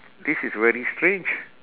this is very strange